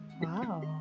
wow